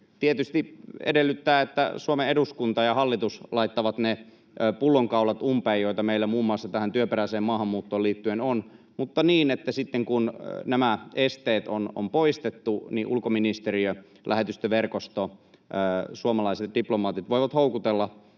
tietysti edellyttää, että Suomen eduskunta ja hallitus laittavat ne pullonkaulat umpeen, joita meillä muun muassa tähän työperäiseen maahanmuuttoon liittyen on, mutta niin, että sitten kun nämä esteet on poistettu, niin ulkoministeriö, lähetystöverkosto, suomalaiset diplomaatit voivat houkutella